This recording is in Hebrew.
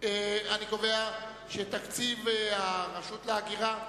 רשות האוכלוסין, ההגירה,